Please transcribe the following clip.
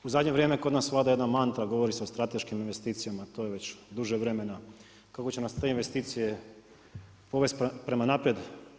U zadnje vrijeme kod nas vlada jedna mantra, govorio se o strateškim investicijama, to je već duže vremena, kako će nas te investicije povesti prema naprijed.